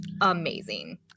amazing